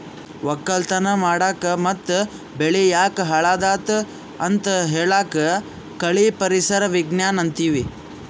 ವಕ್ಕಲತನ್ ಮಾಡಕ್ ಮತ್ತ್ ಬೆಳಿ ಯಾಕ್ ಹಾಳಾದತ್ ಅಂತ್ ಹೇಳಾಕ್ ಕಳಿ ಪರಿಸರ್ ವಿಜ್ಞಾನ್ ಅಂತೀವಿ